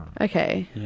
Okay